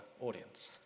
audience